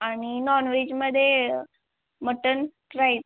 आणि नॉनवेजमध्ये mutton fried